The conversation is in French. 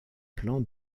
plan